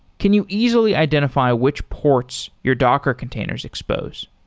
can you easily identify which ports your docker containers expose?